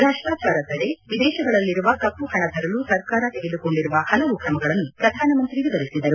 ಭ್ರಷ್ಟಾಚಾರ ತಡೆ ವಿದೇಶಗಳಲ್ಲಿರುವ ಕಪ್ಪು ಹಣ ತರಲು ಸರ್ಕಾರ ತೆಗೆದುಕೊಂಡಿರುವ ಹಲವು ತ್ರಮಗಳನ್ನು ಶ್ರಧಾನಮಂತ್ರಿ ವಿವರಿಸಿದರು